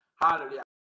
Hallelujah